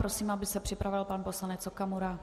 A prosím, aby se připravil pan poslanec Okamura.